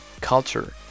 culture